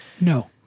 no